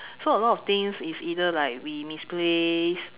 so a lot of things is either like we misplaced